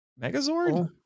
megazord